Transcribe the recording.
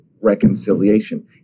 reconciliation